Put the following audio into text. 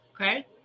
okay